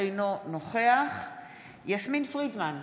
אינו נוכח יסמין פרידמן,